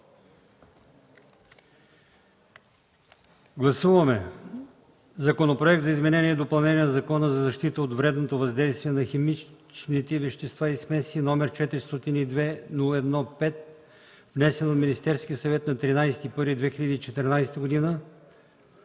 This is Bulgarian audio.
Гласуваме Законопроект за изменение и допълнение на Закона за защита от вредното въздействие на химичните вещества и смеси, № 402-01-5, внесен от Министерския съвет на 13 януари 2014 г.